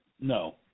No